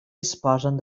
disposen